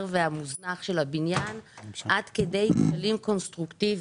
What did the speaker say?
והמוזנח של הבניין עד כדי כשלים קונסטרוקטיביים.